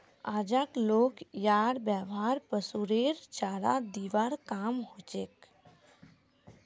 आजक लोग यार व्यवहार पशुरेर चारा दिबार काम हछेक